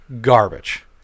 garbage